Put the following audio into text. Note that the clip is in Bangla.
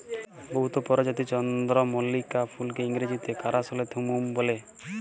বহুত পরজাতির চল্দ্রমল্লিকা ফুলকে ইংরাজিতে কারাসলেথেমুম ফুল ব্যলে